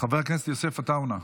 חבר הכנסת יוסף עטאונה,